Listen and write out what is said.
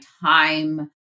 time